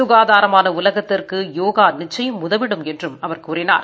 சுகாதாரமான உலகத்திற்கு யோகா நிச்சயம் உதவிடும் என்றும் அவர் கூறினார்